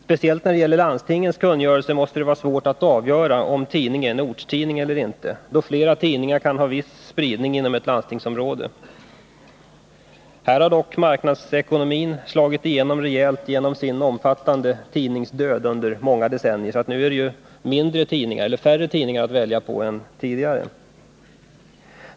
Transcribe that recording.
Speciellt när det gäller landstingens kungörelser måste det vara svårt att avgöra om en tidning är en ortstidning eller inte, eftersom flera tidningar kan ha viss spridning inom ett landstingsområde. Här har dock marknadsekonomin rejält slagit igenom med en omfattande tidningsdöd som följd under många decennier. Nu finns det färre tidningar att välja bland än tidigare.